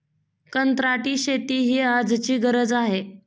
कंत्राटी शेती ही आजची गरज आहे